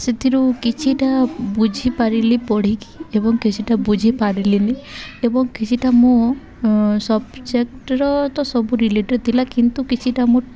ସେଥିରୁ କିଛିଟା ବୁଝିପାରିଲି ପଢ଼ିକି ଏବଂ କିଛିଟା ବୁଝିପାରିଲିନି ଏବଂ କିଛିଟା ମୋ ସବଜେକ୍ଟର ତ ସବୁ ରିଲେଟେଡ଼ ଥିଲା କିନ୍ତୁ କିଛିଟା ମୋ